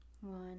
one